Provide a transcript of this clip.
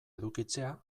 edukitzea